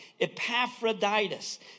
Epaphroditus